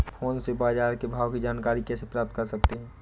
Phone से बाजार के भाव की जानकारी कैसे प्राप्त कर सकते हैं?